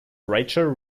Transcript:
rachel